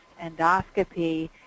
endoscopy